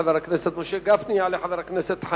חבר הכנסת משה גפני.